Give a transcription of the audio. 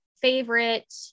favorite